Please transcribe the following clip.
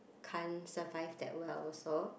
can't survive that well also